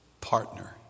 partner